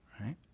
right